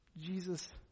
Jesus